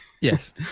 Yes